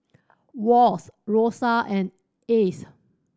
Wash Rosa and Ace